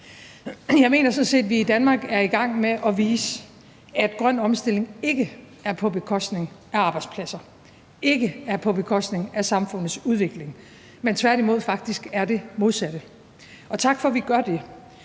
sådan set, at vi i Danmark er i gang med at vise, at en grøn omstilling ikke er på bekostning af arbejdspladser, ikke er på bekostning af samfundets udvikling, men at den faktisk tværtimod er det modsatte, og tak for, at vi gør det.